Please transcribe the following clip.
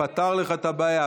פתר לך את הבעיה.